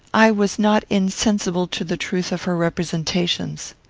i was not insensible to the truth of her representations.